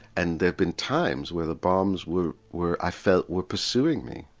and there have been times where the bombs were were i felt were pursuing me.